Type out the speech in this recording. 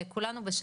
זה מה שקבע בג"ץ.